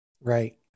right